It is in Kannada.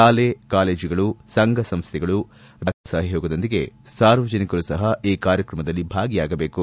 ಶಾಲೆ ಕಾಲೇಜುಗಳು ಸಂಘ ಸಂಸ್ಥೆಗಳು ವಿವಿಧ ಇಲಾಖೆಗಳ ಸಹಯೋಗದೊಂದಿಗೆ ಸಾರ್ವಜನಿಕರು ಸಪ ಈ ಕಾರ್ಯಕ್ರಮದಲ್ಲಿ ಭಾಗಿಯಾಗಬೇಕು